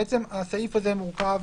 הסעיף הזה מורכב